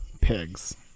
Pigs